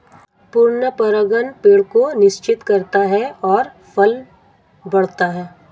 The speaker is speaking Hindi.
पूर्ण परागण पेड़ को निषेचित करता है और फल बढ़ता है